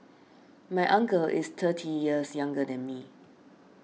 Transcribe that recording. my uncle is thirty years younger than me